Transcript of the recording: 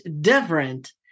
different